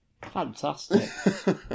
Fantastic